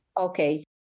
Okay